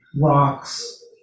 rocks